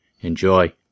enjoy